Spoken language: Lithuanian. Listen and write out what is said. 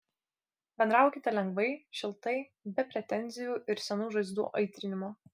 bendraukite lengvai šiltai be pretenzijų ir senų žaizdų aitrinimo